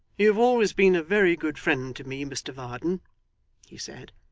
you have always been a very good friend to me, mr varden he said,